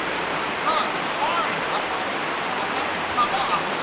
my tongue far enough, i'll i'll have to come off.